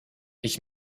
ich